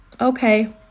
Okay